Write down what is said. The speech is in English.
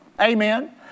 Amen